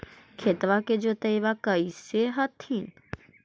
खेतबा के जोतय्बा कैसे कर हखिन?